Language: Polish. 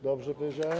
Dobrze powiedziałem?